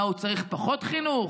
מה, הוא צריך פחות חינוך?